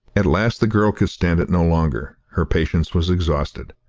at last the girl could stand it no longer. her patience was exhausted.